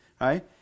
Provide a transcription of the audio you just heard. Right